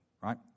right